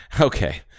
Okay